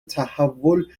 تحول